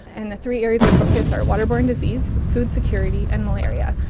and the three areas of focus are waterborne disease, food security and malaria.